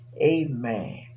Amen